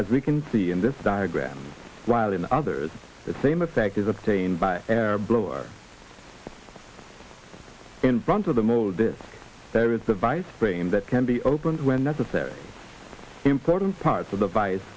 as we can see in this diagram while in others that same effect is obtained by an air blower in front of the mode there is device brain that can be opened when necessary important parts of the vice